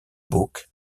book